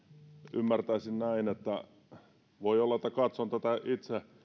ymmärtäisin näin että voi olla että katson itse